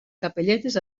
capelletes